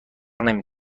نمی